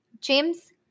James